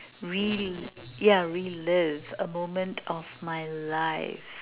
relive yeah relive a moment of my life